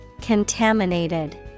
Contaminated